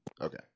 Okay